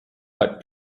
but